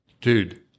dude